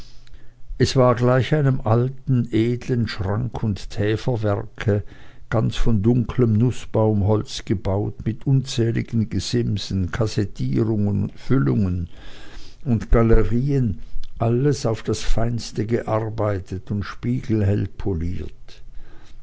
es war gleich einem alten edeln schrank und täferwerke ganz von dunklem nußbaumholz gebaut mit unzähligen gesimsen kassettierungen füllungen und galerien alles auf das feinste gearbeitet und spiegelhell poliert